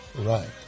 Right